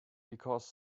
because